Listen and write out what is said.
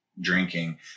drinking